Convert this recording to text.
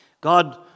God